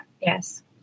yes